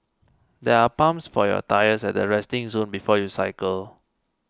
there are pumps for your tyres at the resting zone before you cycle